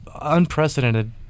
unprecedented